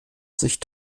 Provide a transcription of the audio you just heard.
sich